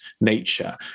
nature